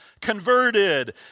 converted